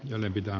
kannatan ed